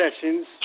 sessions